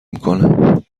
میکنه